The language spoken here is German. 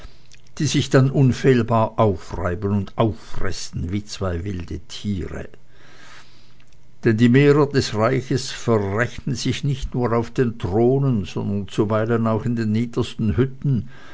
die sich dann unfehlbar aufreiben und auffressen wie zwei wilde tiere denn die mehrer des reiches verrechnen sich nicht nur auf den thronen sondern zuweilen auch in den niedersten hütten